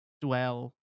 dwell